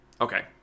okay